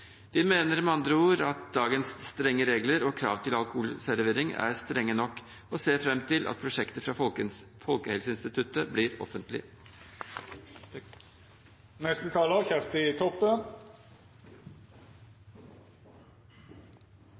Vi mener med andre ord at dagens strenge regler og krav til alkoholservering er strenge nok og ser fram til at prosjektet fra Folkehelseinstituttet blir offentlig.